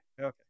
Okay